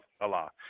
Allah